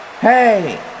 hey